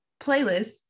playlist